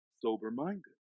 sober-minded